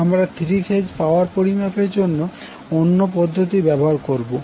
আমরা three phase power পরিমাপের জন্য অন্য পদ্ধতি ব্যবহার করবো